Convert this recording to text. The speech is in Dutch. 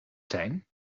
zijn